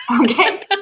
okay